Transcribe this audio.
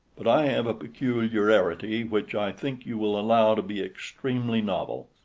but i have a peculiarity which i think you will allow to be extremely novel.